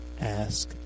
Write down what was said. ask